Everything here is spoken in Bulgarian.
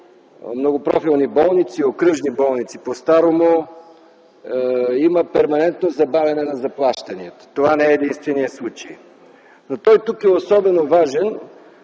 многопрофилни болници, в окръжни болници – по старому, има перманентно забавяне на заплащанията. Това не е единственият случай, но той тук е особено важен,